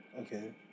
okay